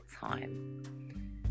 time